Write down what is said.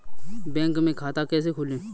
Bank में खाता कैसे खोलें?